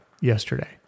yesterday